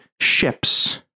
ships